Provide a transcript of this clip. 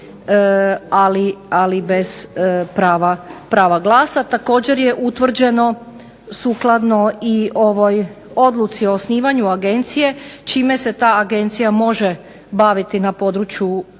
ali bez prava glasa. Također je utvrđeno sukladno ovoj Odluci o osnivanju Agencije, čime se ta Agencija može baviti na području,